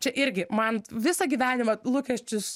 čia irgi man visą gyvenimą lūkesčius